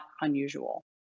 unusual